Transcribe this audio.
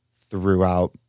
throughout